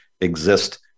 exist